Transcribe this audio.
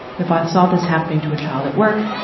if i saw this happening to a child at work,